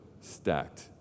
Stacked